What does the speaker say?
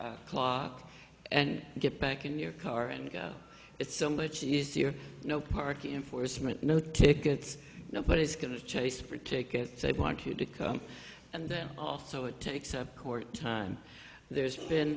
hour clock and get back in your car and go it's so much easier no parking enforcement no tickets nobody's going to chase for tickets they want you to come and then off so it takes a court time there's been